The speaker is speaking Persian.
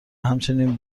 همچنین